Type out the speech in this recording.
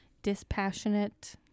dispassionate